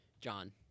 John